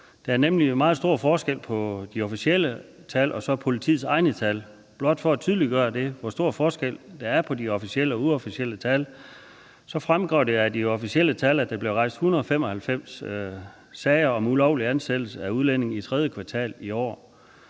Der er nemlig meget stor forskel på de officielle tal og politiets egne tal. Blot for at tydeliggøre, hvor stor forskellen er på de officielle og uofficielle tal, kan jeg sige, at det fremgår af de officielle tal, at der blev rejst 195 sager om ulovlig ansættelse af udlændinge i tredje kvartal i år.